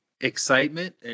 excitement